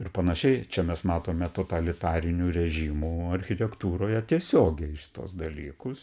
ir panašiai čia mes matome totalitarinių režimų architektūroje tiesiogiai šituos dalykus